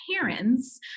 parents